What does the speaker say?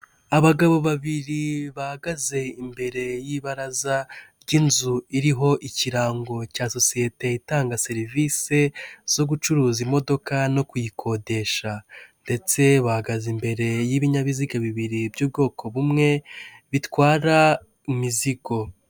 Abagabo babiri bahagaze imbere y'ibaraza ry'inzu, iriho ikirango cya sosiyete itanga serivisi zo gucuruza imodoka no kuyikodesha ndetse bahagaze imbere y'ibinyabiziga bibiri by'ubwoko bumwe bitwara imizigo.